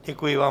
Děkuji vám.